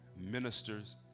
ministers